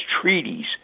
treaties